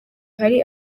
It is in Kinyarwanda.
hari